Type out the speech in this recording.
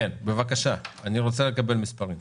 בבקשה, אני רוצה לקבל מספרים.